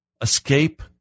escape